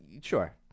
Sure